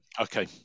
Okay